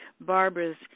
Barbara's